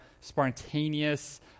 spontaneous